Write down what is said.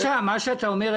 מה שאתה אומר,